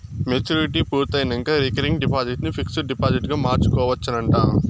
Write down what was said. maturity పూర్తయినంక recurring deposit ని fixed డిపాజిట్గ మార్చుకోవచ్చునంట